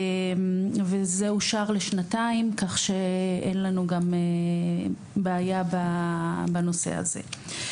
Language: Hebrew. וזה אושר לשנתיים, כך שאין לנו גם בעיה בנושא הזה.